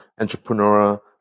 entrepreneur